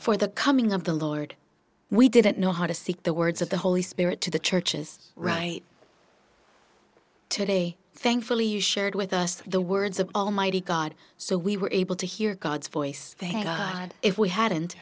for the coming of the lord we didn't know how to seek the words of the holy spirit to the churches right today thankfully you shared with us the words of almighty god so we were able to hear god's voice thank god if we hadn't